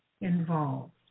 involved